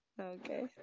okay